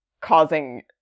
causing